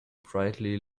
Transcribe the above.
brightly